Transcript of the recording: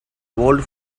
old